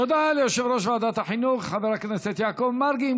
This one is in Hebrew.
תודה ליושב-ראש ועדת החינוך חבר הכנסת יעקב מרגי.